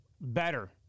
better